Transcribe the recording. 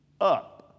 up